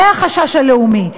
זה החשש הלאומי,